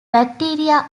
bacteria